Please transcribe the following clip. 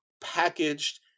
packaged